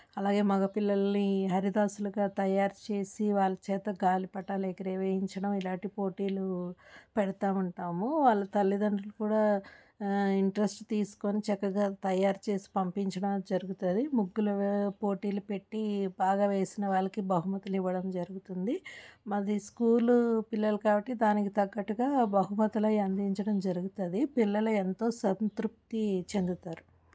అలాగే మగ పిల్లల్ని హరిదాసులుగా తయారు చేసి వాళ్ళ చేత గాలిపటాలు ఎగరవేయించడం ఇలాంటి పోటీలు పెడతూ ఉంటాము వాళ్ళ తల్లితండ్రులు కూడా ఇంట్రెస్ట్ తీసుకొని చక్కగా తయారు చేసి పంపించడం జరుగుతుంది ముగ్గుల పోటీలు పెట్టి బాగా వేసిన వాళ్ళకి బహుమతులు ఇవ్వడం జరుగుతుంది మాది స్కూలు పిల్లలు కాబట్టి దానికి తగ్గట్టుగా బహుమతులయి అందించడం జరుగుతుంది పిల్లలు ఎంతో సంతృప్తి చెందుతారు